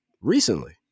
recently